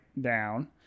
down